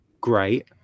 great